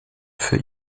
für